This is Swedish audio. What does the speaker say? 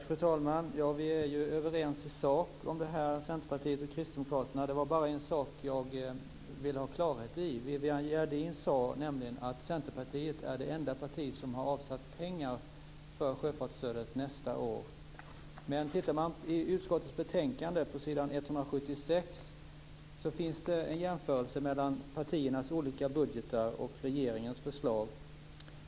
Fru talman! Vi är överens i sak om det här, Centerpartiet och Kristdemokraterna. Det är bara en sak som jag vill ha klarhet i. Viviann Gerdin sade nämligen att Centerpartiet är det enda parti som har avsatt pengar för sjöfartsstödet nästa år. Om vi tittar på s. 176 i utskottsbetänkandet ser vi att det finns en jämförelse mellan partiernas olika budgetar och regeringens förslag.